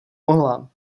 mohla